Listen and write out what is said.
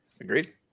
Agreed